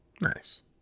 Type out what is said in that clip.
nice